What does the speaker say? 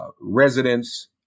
residents